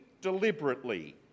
deliberately